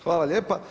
Hvala lijepo.